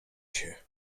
się